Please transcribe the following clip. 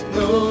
no